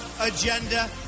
agenda